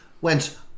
went